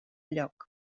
lloc